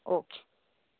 okay